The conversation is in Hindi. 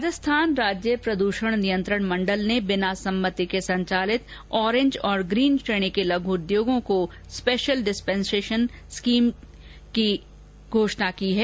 राजस्थान राज्य प्रद्षण नियन्त्रण मण्डल ने बिना सम्मति के संचालित ओरेंज और ग्रीन श्रेणी के लघु उद्योगों को सुनहरा अवसर देते हुए स्पेशल डिस्पेंसेशन स्कीम की घोषणा की है